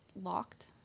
locked